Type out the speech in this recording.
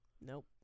Nope